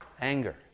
anger